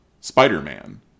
Spider-Man